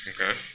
Okay